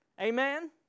Amen